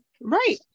Right